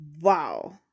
Wow